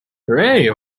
hooray